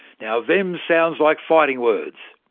now thems sounds like fighting words.